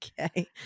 Okay